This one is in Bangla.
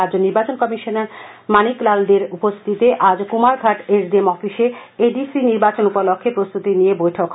রাজ্য নির্বাচন কমিশনার মানিক লাল দের উপস্থিতিতে আজ কুমারঘাট এসডিএম অফিসে এডিসি নির্বাচন উপলক্ষে প্রস্তুতি নিয়ে বৈঠক হয়